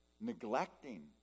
Neglecting